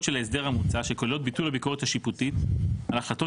של ההסדר המוצע שכוללות ביטול הביקורת השיפוטית על החלטות